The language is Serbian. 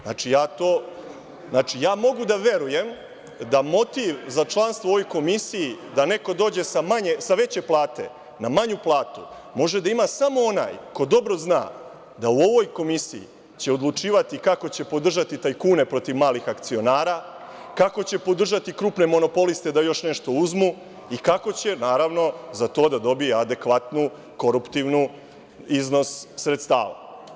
Znači, ja mogu da verujem da motiv za članstvo u ovoj komisiji da neko dođe sa veće plate na manju platu može da ima samo onaj ko dobro zna da u ovoj komisiji će odlučivati kako će podržati tajkune protiv malih akcionara, kako će podržati krupne monopoliste da još nešto uzmu i kako će naravno za to da dobije adekvatan koruptivni iznos sredstava.